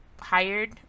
hired